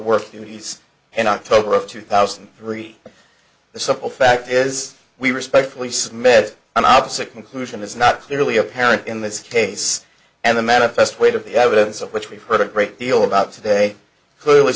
work duties in october of two thousand and three the simple fact is we respectfully submit an opposite conclusion is not clearly apparent in this case and the manifest weight of the evidence of which we've heard a great deal about today clearly